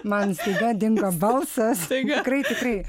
man staiga dingo balsas tikrai tikrai